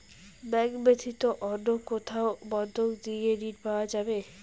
Bank ব্যাতীত অন্য কোথায় বন্ধক দিয়ে ঋন পাওয়া যাবে?